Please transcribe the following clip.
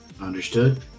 Understood